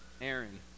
Aaron